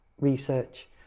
research